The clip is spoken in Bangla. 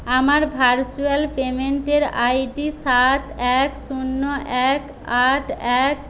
আমার ভার্চুয়াল পেমেন্টের আইডি সাত এক শূন্য এক আট এক